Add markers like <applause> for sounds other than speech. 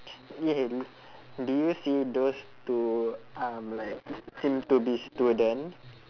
<noise> do you see those two um like seem to be student